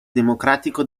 democratico